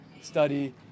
study